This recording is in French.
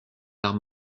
arts